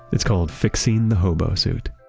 it's called fixing the hobo suit.